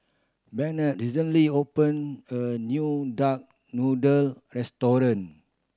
Bennett recently opened a new duck noodle restaurant